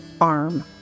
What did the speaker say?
arm